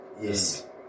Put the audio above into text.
Yes